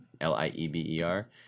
L-I-E-B-E-R